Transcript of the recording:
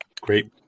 Great